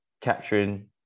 capturing